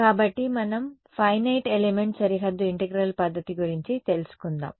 కాబట్టి మనం finite element సరిహద్దు ఇంటెగ్రల్ పద్ధతి గురించి తెలుసుకుందాం